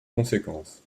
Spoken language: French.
conséquences